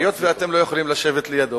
היות שאתם לא יכולים לשבת לידו,